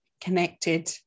connected